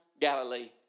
Galilee